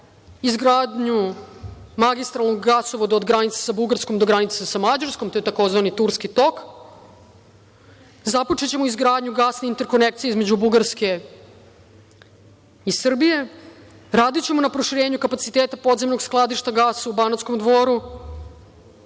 izgradnju magistralnog gasovoda od granice sa Bugarskom do granice sa Mađarskom. To je takozvani „Turski tok“. Započećemo izgradnju gasne interkonekcije između Bugarske i Srbije. Radićemo na proširenju kapaciteta podzemnog skladišta gasa u Banatskom Dvoru,